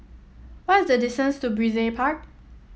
what is the distance to Brizay Park